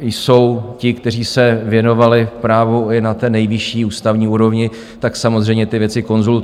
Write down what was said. jsou i ti, kteří se věnovali právu i na té nejvyšší ústavní úrovni, tak samozřejmě ty věci konzultuji.